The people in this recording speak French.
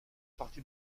partie